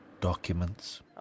documents